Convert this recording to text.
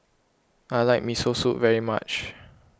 I like Miso Soup very much